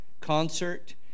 concert